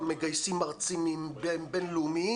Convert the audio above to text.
מגייסים מרצים בינלאומיים,